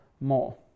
more